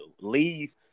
Leave